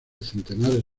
centenares